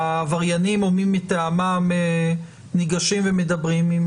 העבריינים או מי מטעמם ניגשים ומדברים עם